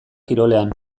kirolean